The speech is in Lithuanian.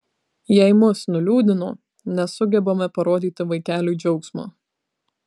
jei mus nuliūdino nesugebame parodyti vaikeliui džiaugsmo